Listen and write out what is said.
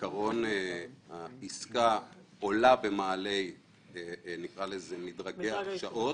העסקה עולה במעלה מדרגי ההרשאות.